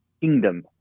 kingdom